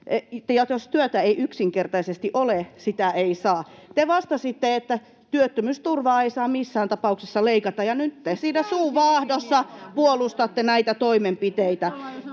jos työtä ei yksinkertaisesti ole, sitä ei saa.” Te vastasitte, että työttömyysturvaa ei saa missään tapauksessa leikata, ja nyt te siinä suu vaahdossa puolustatte näitä toimenpiteitä.